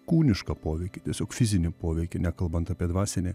kūnišką poveikį tiesiog fizinį poveikį nekalbant apie dvasinį